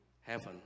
heaven